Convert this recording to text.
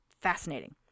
fascinating